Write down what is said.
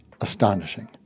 astonishing